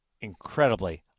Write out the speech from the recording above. incredibly